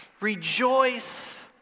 rejoice